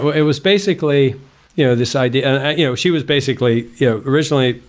but it was basically you know this idea you know she was basically yeah originally,